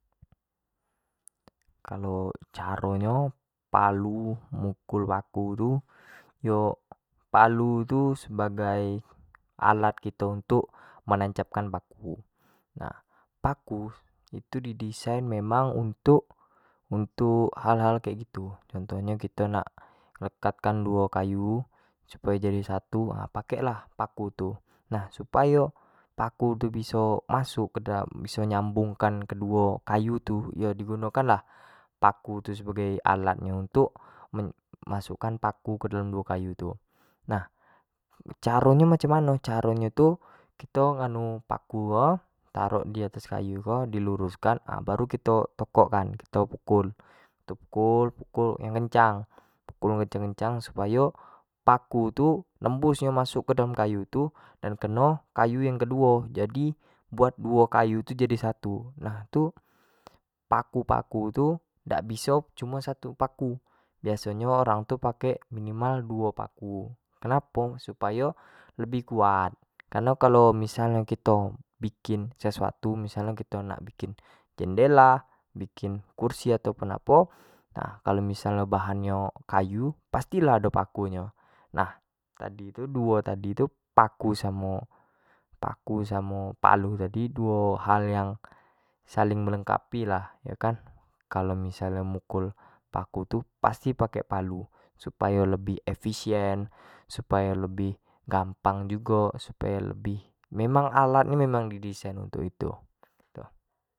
kalo caro nyo palu mukul paku tu yo palu tu sebagai lat kito untuk menancapkan paku. paku tu di desain memang untuk hal- hal kek gitu missal nyo untuk kito merekatkan duo kayu supayo jadi satu nah supayo paku biso masuk ke dalam biso nyambungkan ke duo kayu tu di gunokan lah paku tu sebagai alat nyo untuk masuk kan paku ke dalam duo kayu tu, nah caro nyo macam mano, caro nyo tu, kito nganu paku ko tarok di tas kayu ko, di luruskan baru kito tokok kan, kito pukul- pukul yang kencang, puku kencang- kencang supayo, paku tu nimbus nyo masuk ke dalam kayu itu dan keno kayu yang ke duo jadi, buat duo kayu tu jadi satu nah itu paku- paku tu dak biso cuma satu paku, biaos nyo orang tu pake minimal duo paku, kenapo supayo lebih kuat, kareno misla nyo kito bikin sesuatu, missal nyo kito nak bikin jendela, bikin kursi tau pun apo, nah kalua misal nyo bahan nyo kayu pasti lah ado paku nyo nah tadi duo tadi tu paku samo palu tu duo hal yang saling melengkapi lah yo kan kalau misal nyo mukul paku tu pasti pake palu, supayo efisien, supayo lebi gampang jugo, supayo lebih, emang alat nyo di esain untuk itu, gitu.